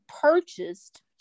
purchased